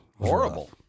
horrible